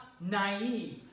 naive